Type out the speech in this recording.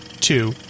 two